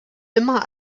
immer